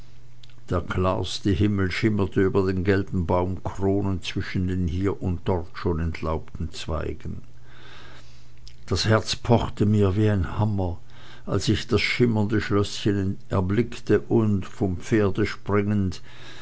der klarste himmel schimmerte über den gelben baumkronen und zwischen den hier und dort schon entlaubten zweigen das herz pochte mir wie ein hammer als ich das schimmernde schlößchen erblickte und vom pferde springend